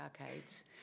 arcades